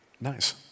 Nice